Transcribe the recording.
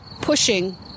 pushing